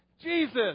Jesus